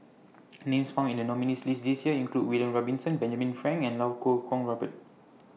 Names found in The nominees' list This Year include William Robinson Benjamin Frank and Lau Kuo Kwong Robert